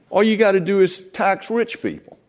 all you've got to do is tax rich people.